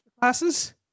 classes